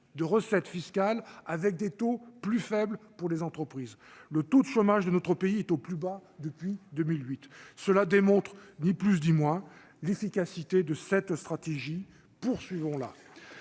de recettes fiscales, avec des taux plus faibles pour les entreprises, le taux de chômage de notre pays est au plus bas depuis 2008, cela démontre ni plus dis-moi l'efficacité de cette stratégie, poursuivons la